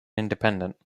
independent